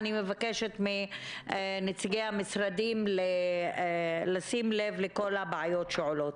אני מבקשת מנציגי המשרדים לשים לב לכל הבעיות שעולות.